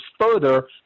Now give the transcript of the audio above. further